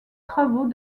travaux